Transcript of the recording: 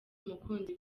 umukunzi